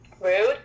Rude